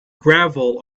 gravel